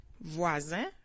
Voisin